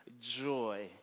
joy